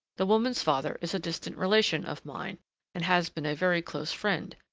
the woman's father is a distant relation of mine and has been a very close friend.